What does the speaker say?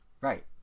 Right